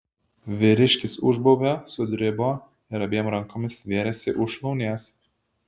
vyriškis užbaubė sudribo ir abiem rankomis stvėrėsi už šlaunies